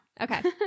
Okay